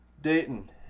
Dayton